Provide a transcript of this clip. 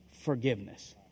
forgiveness